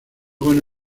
con